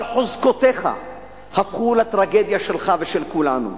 אבל חוזקותיך הפכו לטרגדיה שלך ושל כולנו.